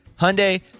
Hyundai